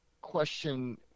question